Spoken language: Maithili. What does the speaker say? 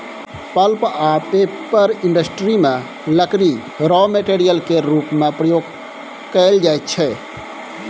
पल्प आ पेपर इंडस्ट्री मे लकड़ी राँ मेटेरियल केर रुप मे प्रयोग कएल जाइत छै